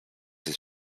jest